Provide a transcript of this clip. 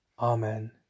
Amen